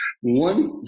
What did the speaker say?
One